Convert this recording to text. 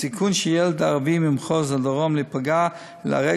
הסיכון של ילד ערבי ממחוז הדרום להיפגע ולהיהרג